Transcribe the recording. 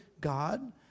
God